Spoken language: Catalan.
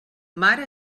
mar